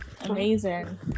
amazing